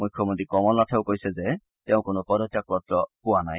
মুখ্যমন্ত্ৰী কমলনাথেও কৈছে যে তেওঁ কোনো পদত্যাগ পত্ৰ পোৱা নাই